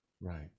right